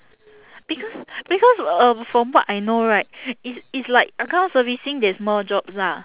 because because uh from what I know right it's it's like account servicing there's more jobs lah